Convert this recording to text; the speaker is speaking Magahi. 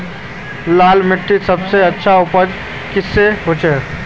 लाल माटित सबसे अच्छा उपजाऊ किसेर होचए?